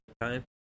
time